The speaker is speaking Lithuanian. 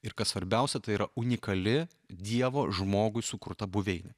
ir kas svarbiausia tai yra unikali dievo žmogui sukurta buveinė